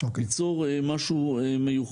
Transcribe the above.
הוא משהו מיוחד.